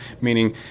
meaning